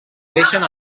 creixen